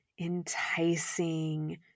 enticing